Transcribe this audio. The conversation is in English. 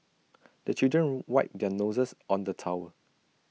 the children wipe their noses on the towel